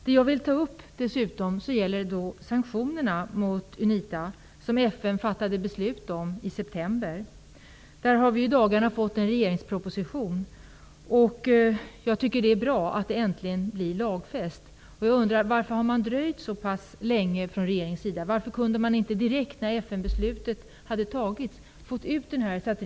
Det som jag ytterligare vill ta upp gäller sanktionerna mot Unita som FN fattade beslut om i september, om vilka vi i dagarna har fått en regeringsproposition. Det är bra att sanktionerna äntligen blir lagfästa, men jag undrar varför man från regeringens sida har dröjt så pass länge. Varför kunde man inte direkt när FN-beslutet hade fattats informera om detta?